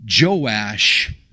Joash